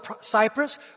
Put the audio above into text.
Cyprus